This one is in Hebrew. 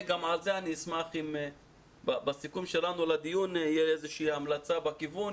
גם על זה אשמח אם בסיכום שלנו לדיון יהיה איזושהי המלצה בכיוון,